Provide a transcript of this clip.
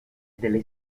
delle